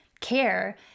care